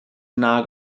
nag